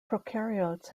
prokaryotes